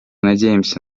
надеемся